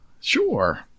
Sure